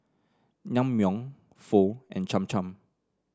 Naengmyeon Pho and Cham Cham